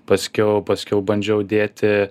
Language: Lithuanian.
paskiau paskiau bandžiau dėti